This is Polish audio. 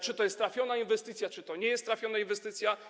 Czy to jest trafiona inwestycja, czy to nie jest trafiona inwestycja?